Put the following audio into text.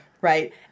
Right